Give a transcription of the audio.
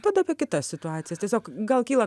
tada apie kitas situacijas tiesiog gal kyla